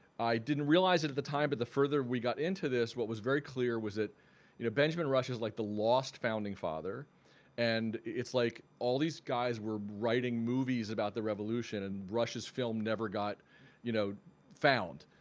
i didn't realize it at the time but the further we got into this what was very clear was that you know benjamin rush is like the lost founding father and it's like all these guys were writing movies about the revolution and rush's film never got you know found.